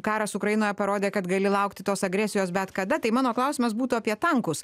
karas ukrainoje parodė kad gali laukti tos agresijos bet kada tai mano klausimas būtų apie tankus